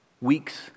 Weeks